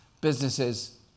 businesses